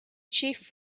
chief